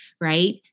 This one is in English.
right